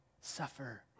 suffer